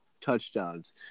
touchdowns